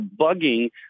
bugging